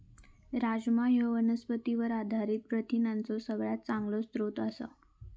राजमा ह्यो वनस्पतींवर आधारित प्रथिनांचो सगळ्यात चांगलो स्रोत आसा